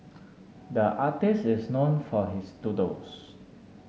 the artist is known for his doodles